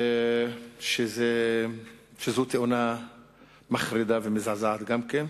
שזאת תאונה מחרידה ומזעזעת גם כן.